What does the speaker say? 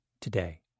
today